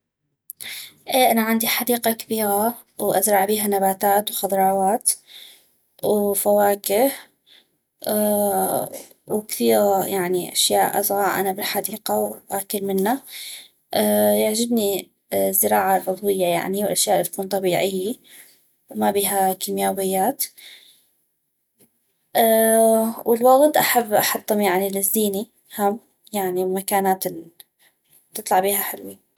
اي انا عندي حديقة كبيغة وازرع بيها نباتات وخضروات وفواكه وكثيغ يعني أشياء ازغع انا بالحديقة واكل منا يعجبني الزراعة العضوية يعني والأشياء الي تكون طبيعي وما بيها كيمياويات والوغد احب احطم يعني للزيني هم يعني بالمكانات التطلع بيها حلوي